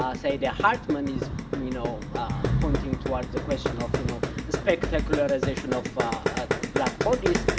ah saidiya hartmena is you know ah pointing towards a question of you know a spectacularization of ah black bodies.